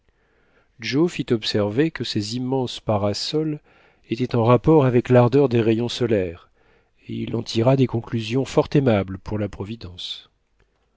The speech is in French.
joe fit observer que ces immenses parasols étaient en rapport avec l'ardeur des rayons solaires et il en tira des conclusions fort aimables pour la providence